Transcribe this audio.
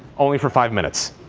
only for five minutes.